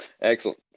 Excellent